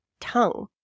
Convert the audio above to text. tongue